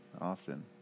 often